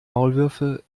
maulwürfe